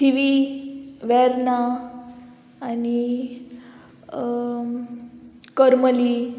थिवी वेर्ना आनी करमली